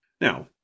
Now